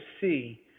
see